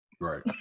Right